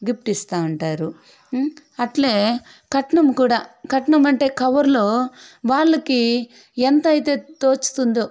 gift ఇస్తూ ఉంటారు అట్లే కట్నం కూడా కట్నం అంటే కవర్లో వాళ్లకి ఎంతైతే తోచుతుందో